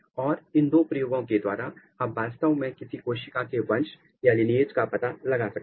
और इन दो प्रयोगों के द्वारा आप वास्तव में किसी एक कोशिका के वंश लीनिएज को पता लगा सकते हैं